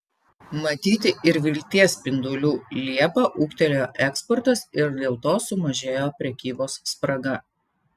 matyti ir vilties spindulių liepą ūgtelėjo eksportas ir dėl to sumažėjo prekybos spraga